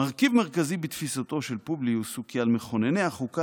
"מרכיב מרכזי בתפיסתו של פובליוס הוא כי על מכונני החוקה